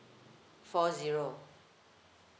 four zero